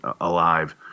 alive